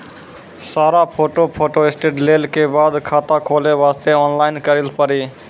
सारा photo photostat लेल के बाद खाता खोले वास्ते ऑनलाइन करिल पड़ी?